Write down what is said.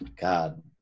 god